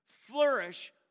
flourish